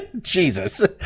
Jesus